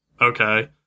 Okay